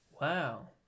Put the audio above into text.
Wow